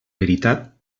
veritat